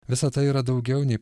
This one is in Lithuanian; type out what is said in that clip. visa tai yra daugiau nei